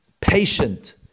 patient